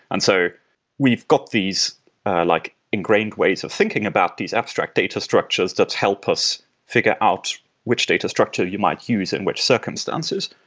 and so we've got these like engrained ways of thinking about these abstract data structures that help us figure out which data data structure you might use and which circumstances.